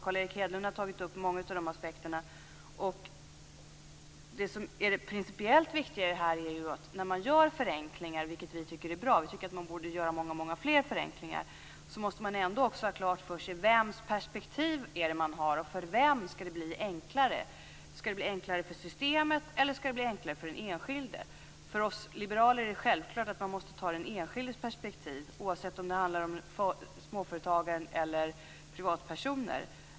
Carl Erik Hedlund tar upp många av aspekterna. Det principiellt viktiga är att när förenklingar görs - vilket vi tycker är bra, och fler borde göras - måste man ha klart för sig vems perspektiv man skall ha och för vem det skall bli enklare. Skall det bli enklare för systemet, eller skall det bli enklare för den enskilde? För oss liberaler är det självklart att man skall ta den enskildes perspektiv, oavsett om det handlar om småföretagare eller privatpersoner.